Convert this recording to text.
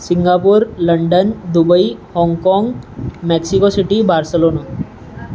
Singapore London Dubai Hong Kong Mexico city Barcelona